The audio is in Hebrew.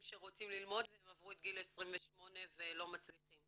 שרוצים ללמוד והם עברו את גיל 28 ולא מצליחים.